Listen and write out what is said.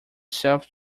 self